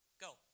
go